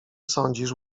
sądzisz